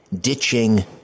ditching